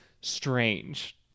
strange